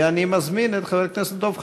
אני מזמין את חבר הכנסת דב חנין.